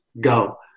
go